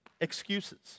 excuses